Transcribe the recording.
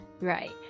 Right